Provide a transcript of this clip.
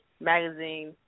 magazine